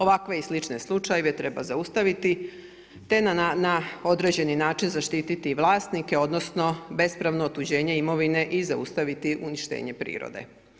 Ovakve i slične slučajeve treba zaustaviti, te na određeni način zaštiti i vlasnike, odnosno bespravno otuđenje imovine i zaustaviti uništenje prirode.